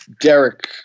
Derek